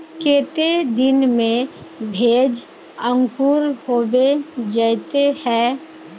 केते दिन में भेज अंकूर होबे जयते है?